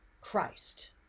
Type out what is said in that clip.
christ